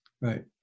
Right